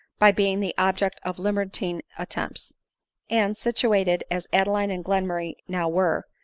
by being the object of libertine attempts and, situated as adeline and glenmurray now were,